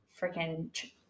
freaking